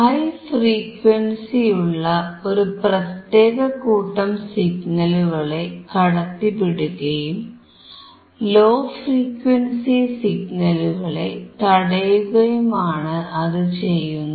high ഫ്രീക്വൻസിയുള്ള ഒരു പ്രത്യേക കൂട്ടം സിഗ്നലുകളെ കടത്തിവിടുകയും ലോ ഫ്രീക്വൻസി സിഗ്നലുകളെ തടയുകയുമാണ് അതു ചെയ്യുന്നത്